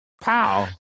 Pow